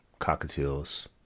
cockatiels